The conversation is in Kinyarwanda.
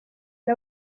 ari